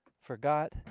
forgot